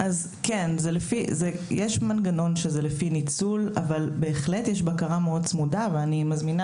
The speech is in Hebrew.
יש מנגנון דיפרנציאלי אבל יש בקרה צמודה ואני מזמינה